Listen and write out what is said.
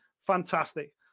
fantastic